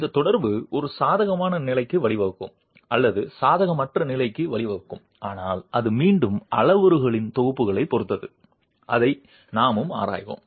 இந்த தொடர்பு ஒரு சாதகமான நிலைக்கு வழிவகுக்கும் அல்லது சாதகமற்ற நிலைக்கு வழிவகுக்கும் ஆனால் அது மீண்டும் அளவுருக்களின் தொகுப்பைப் பொறுத்தது அதை நாமும் ஆராய்வோம்